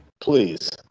please